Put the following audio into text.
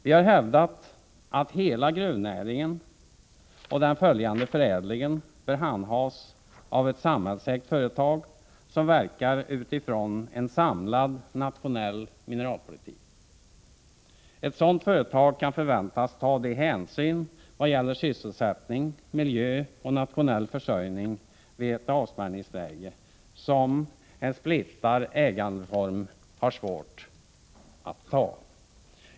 Vi har hävdat att hela gruvnäringen och den följande förädlingen bör handhas av ett samhällsägt företag som verkar utifrån en samlad nationell mineralpolitik. Ett sådant företag kan förväntas ta de hänsyn i vad gäller sysselsättning, miljö och nationell försörjning vid avspärrningslägen som en splittrad ägandeform har svårt att ta.